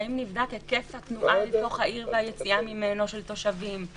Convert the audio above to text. האם נבדק היקף התנועה לתוך העיר והיציאה ממנה של תושבים?